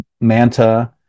Manta